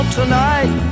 tonight